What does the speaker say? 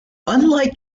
unlike